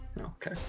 Okay